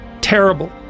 terrible